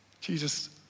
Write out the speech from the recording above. Jesus